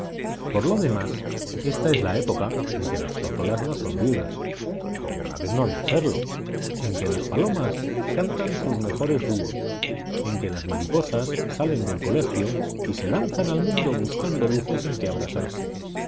por lo demás ésta es la época en que las tórtolas no son viudas alguna vez no han de serlo en que las palomas cantan sus mejores dúos en que las mariposas salen del colegio y se lanzan al mundo buscando luces en que abrasarse